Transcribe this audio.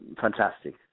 fantastic